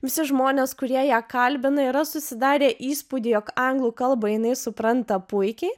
visi žmonės kurie ją kalbina yra susidarę įspūdį jog anglų kalbą jinai supranta puikiai